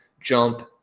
jump